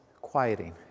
quieting